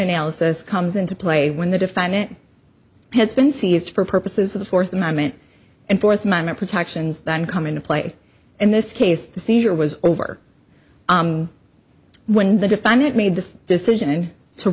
analysis comes into play when the defendant has been seized for purposes of the fourth amendment and fourth amendment protections than come into play in this case the seizure was over when the define it made the decision to